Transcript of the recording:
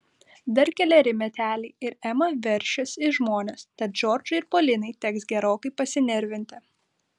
dar keleri meteliai ir ema veršis į žmones tad džordžui ir polinai teks gerokai pasinervinti